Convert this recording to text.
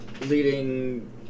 Leading